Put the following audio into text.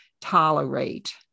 tolerate